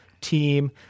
team